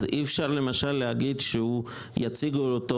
אז אי-אפשר למשל להגיד שיציגו לו אותו,